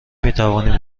میتوانیم